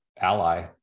ally